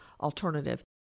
alternative